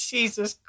Jesus